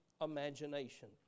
imagination